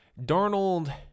Darnold